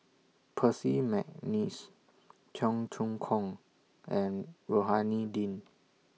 Percy Mcneice Cheong Choong Kong and Rohani Din